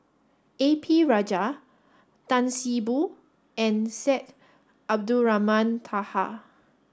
A P Rajah Tan See Boo and Syed Abdulrahman Taha